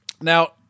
Now